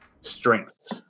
strengths